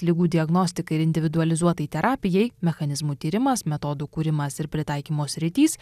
ligų diagnostikai ir individualizuotai terapijai mechanizmų tyrimas metodų kūrimas ir pritaikymo sritys